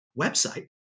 website